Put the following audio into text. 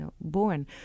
born